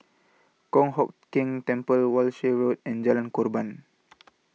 Kong Hock Keng Temple Walshe Road and Jalan Korban